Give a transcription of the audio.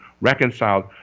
reconciled